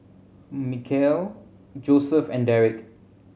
Michaele Joseph and Darrick